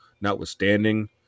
notwithstanding